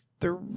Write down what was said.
Three